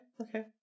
Okay